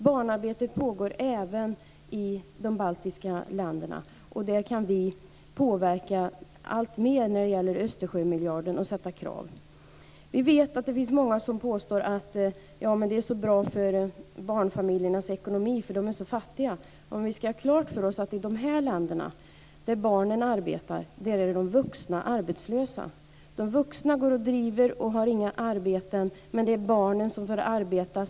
Barnarbetet pågår även i de baltiska länderna. Där kan vi påverka alltmer, med tanke på Östersjömiljarden, och ställa krav. Vi vet att det finns många som påstår att det här är bra för barnfamiljernas ekonomi, för de är så fattiga. Ja, men vi ska ha klart för oss att i de här länderna, där barnen arbetar, där är de vuxna arbetslösa. De vuxna går och driver och har inga arbeten medan barnen får arbeta.